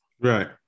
Right